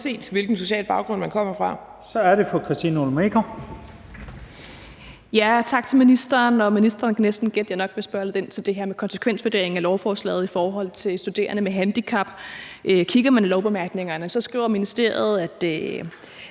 Så er det fru Christina Olumeko. Kl. 17:55 Christina Olumeko (ALT): Tak til ministeren. Ministeren kan næsten gætte, at jeg nok vil spørge lidt ind til det her med konsekvensvurderingen af lovforslaget i forhold til studerende med handicap. Kigger man i lovbemærkningerne, skriver ministeriet, at